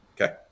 Okay